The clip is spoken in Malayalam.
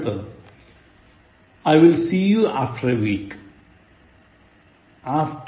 അടുത്തത് I will see you after a week